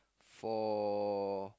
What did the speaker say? for